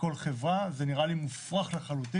כל חברה, זה נראה לי מופרך לחלוטין.